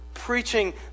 preaching